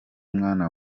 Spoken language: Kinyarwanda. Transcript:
mwana